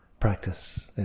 practice